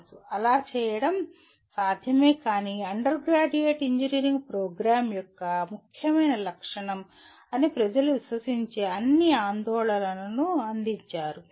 అలా చేయడం సాధ్యమే కాని అండర్గ్రాడ్యుయేట్ ఇంజనీరింగ్ ప్రోగ్రామ్ యొక్క ముఖ్యమైన లక్షణం అని ప్రజలు విశ్వసించే అన్ని ఆందోళనలను అందించారు